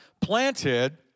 planted